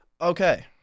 okay